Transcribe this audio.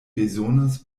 bezonas